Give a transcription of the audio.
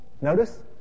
notice